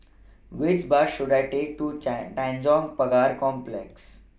Which Bus should I Take to Tanjong Pagar Complex